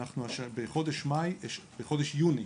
אנחנו בחודש יולי,